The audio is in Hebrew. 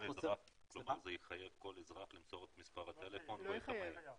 זה יחייב כל אזרח למסור את מספר הטלפון או את המייל.